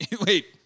Wait